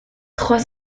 trois